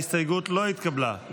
ההסתייגות לא התקבלה.